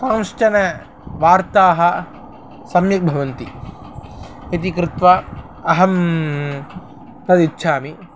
कश्चन वार्ताः सम्यग्भवन्ति इति कृत्वा अहं तदिच्छामि